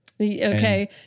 Okay